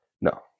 No